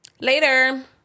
Later